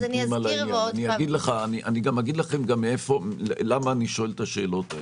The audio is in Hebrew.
אני אגיד לכם למה אני שואל את השאלות האלה.